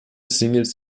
singles